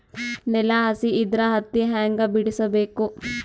ನೆಲ ಹಸಿ ಇದ್ರ ಹತ್ತಿ ಹ್ಯಾಂಗ ಬಿಡಿಸಬೇಕು?